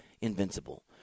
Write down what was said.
invincible